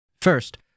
First